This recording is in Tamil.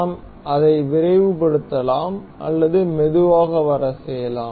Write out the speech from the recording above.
நாம் அதை விரைவுபடுத்தலாம் அல்லது மெதுவாக வர செய்யலாம்